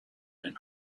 and